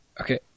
Okay